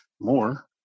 more